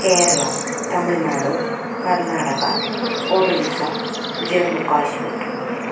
Kerala Tamil Nadu Karnataka Orissa Jammu Kashmir